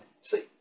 See